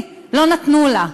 לא נתנו לה.